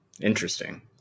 Interesting